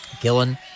Gillen